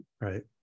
Right